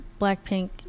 Blackpink